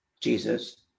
Jesus